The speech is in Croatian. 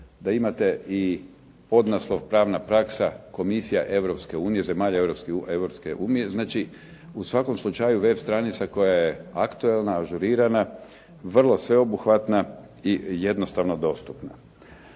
da imate i podnaslov "Pravna praksa komisija zemalja Europske unije", znači u svakom slučaju web stranica koja je aktualna, ažurirana, vrlo sveobuhvatna i jednostavno dostupna.